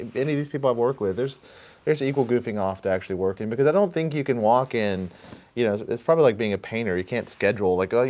any of these people i've worked with, there's there's equal goofing off to actually working because i don't think you can walk in you know, it's probably like being a painter. you can't schedule like, oh, you